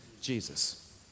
Jesus